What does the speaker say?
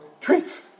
Treats